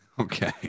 Okay